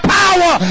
power